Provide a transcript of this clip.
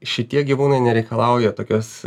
šitie gyvūnai nereikalauja tokios